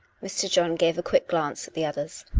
mr. john gave a quick glance at the others.